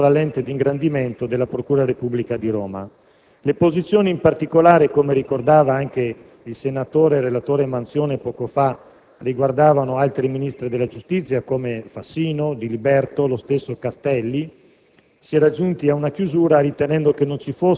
la cui attività è stata posta sotto la lente di ingrandimento della procura della Repubblica di Roma. Le posizioni, in particolare, come ricordava poco fa anche il relatore Manzione, riguardavano altri ministri della giustizia come Fassino, Diliberto, lo stesso Castelli;